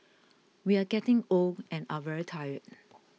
we are getting old and are very tired